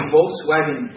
Volkswagen